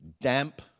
damp